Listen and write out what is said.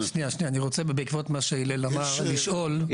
רוצה בעקבות מה שהלל אמר לשאול,